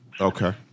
Okay